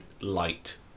light